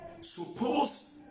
Suppose